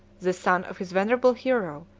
the son of his venerable hero,